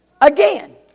again